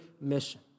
mission